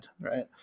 Right